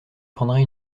prendrai